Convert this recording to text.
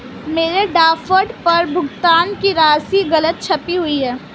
मेरे ड्राफ्ट पर भुगतान की राशि गलत छपी हुई है